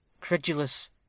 credulous